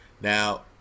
Now